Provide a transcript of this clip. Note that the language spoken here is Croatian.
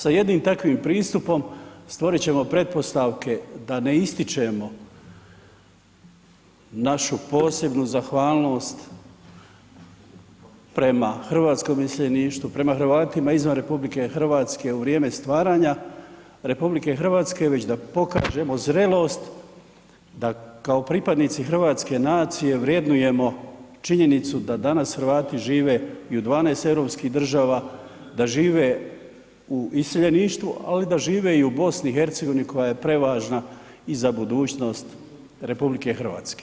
Sa jednim takvim pristupom stvorit ćemo pretpostavke da ne ističemo našu posebnu zahvalnost prema hrvatskom iseljeništvu, prema Hrvatima izvan RH u vrijeme stvaranja RH, već da pokažemo zrelost da kao pripadnici hrvatske nacije vrednujemo činjenicu da danas Hrvati žive i u 12 europskih država, da žive u iseljeništvu, ali i da žive u BiH koja je prevažna i za budućnost RH.